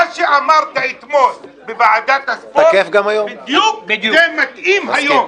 מה שאמרת אתמול בוועדת הספורט זה בדיוק מתאים היום.